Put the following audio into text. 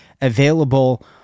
available